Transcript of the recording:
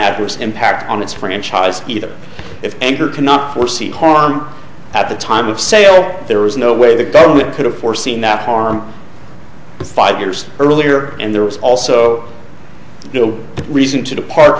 adverse impact on its franchise either if enter cannot foresee harm at the time of sale there was no way the government could have foreseen that harm five years earlier and there was also no reason to depar